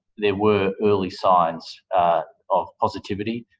there were early signs of positivity,